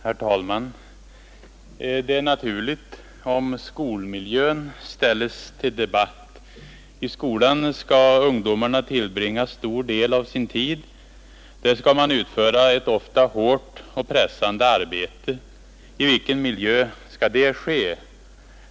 Herr talman! Det är naturligt om skolmiljön ställes under debatt. I skolan skall ungdomarna tillbringa en stor del av sin tid. Där skall de utföra ett ofta hårt och pressande arbete. I vilken miljö skall det ske?